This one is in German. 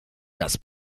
das